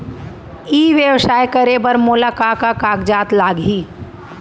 ई व्यवसाय करे बर मोला का का कागजात लागही?